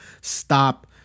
stop